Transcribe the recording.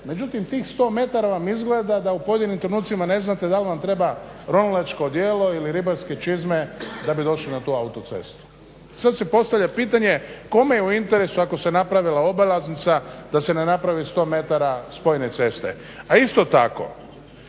Međutim, tih 100 metara vam izgleda da u pojedinim trenucima ne znate da li vam treba ronilačko odijelo ili ribarske čizme da bi došli na tu autocestu. Sad se postavlja pitanje kome je u interesu ako se napravila obilaznica da se ne napravi 100 metara spojene ceste. A isto tako